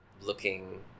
looking